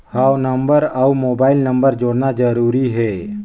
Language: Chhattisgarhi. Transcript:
हव नंबर अउ मोबाइल नंबर जोड़ना जरूरी हे?